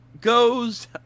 goes